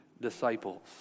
disciples